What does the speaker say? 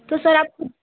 तो सर आप